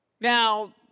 Now